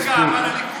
זה גאווה לליכוד?